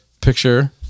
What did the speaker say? picture